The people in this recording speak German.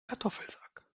kartoffelsack